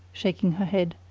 shaking her head,